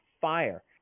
fire